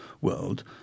world